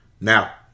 Now